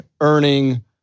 earning